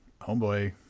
homeboy